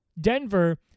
Denver